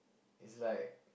it's like